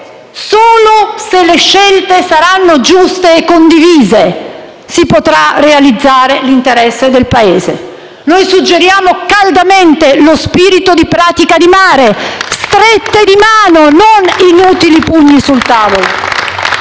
solo se le scelte saranno giuste e condivise si potrà realizzare l'interesse del Paese. Noi suggeriamo caldamente lo spirito di Pratica di Mare: strette di mano, non inutili pugni sul tavolo.